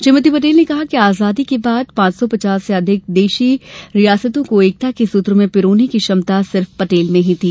श्रीमती पटेल ने कहा कि आजादी के बाद पांच सौ पचास से अधिक देशी रियासतों को एकता के सूत्र में पिरोने की क्षमता सिर्फ पटेल में ही थी